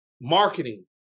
marketing